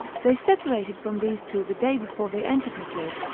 they separated from these two the day before they entered madrid,